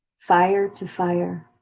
fire to fire.